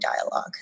dialogue